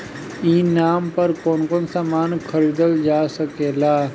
ई नाम पर कौन कौन समान खरीदल जा सकेला?